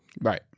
Right